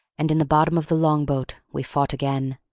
and in the bottom of the long-boat we fought again.